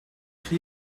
chi